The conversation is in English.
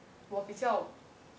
我比较